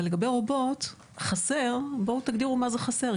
אבל לגבי רובוט חסר בואו תגדירו מה זה חסר,